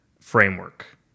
framework